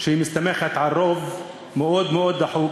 שמסתמכת על רוב מאוד מאוד דחוק,